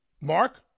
Mark